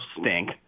stink